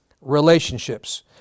relationships